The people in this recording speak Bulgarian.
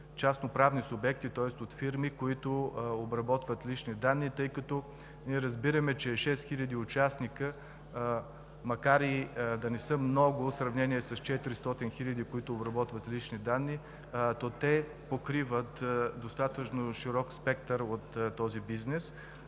частно-правни субекти, тоест кръг от фирми, които обработват лични данни, тъй като ние разбираме, че 6000 участници макар и да не са много в сравнение с 400 хиляди, които обработват лични данни, то те покриват достатъчно широк спектър от този бизнес.